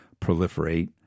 proliferate